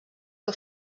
que